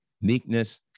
meekness